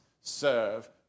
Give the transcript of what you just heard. serve